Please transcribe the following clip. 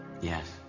Yes